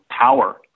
power